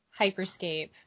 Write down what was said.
Hyperscape